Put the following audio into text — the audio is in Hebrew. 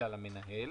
אלא למנהל.